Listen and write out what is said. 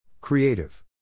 Creative